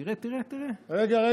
תראה, תראה, תראה.